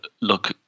look